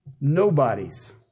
Nobody's